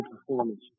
performance